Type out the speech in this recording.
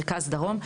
מרכז ודרום,